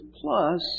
plus